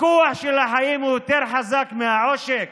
הכוח של החיים יותר חזק מהעושק,